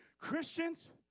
Christians